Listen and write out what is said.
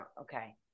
Okay